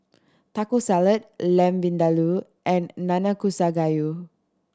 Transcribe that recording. Taco Salad Lamb Vindaloo and Nanakusa Gayu